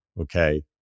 okay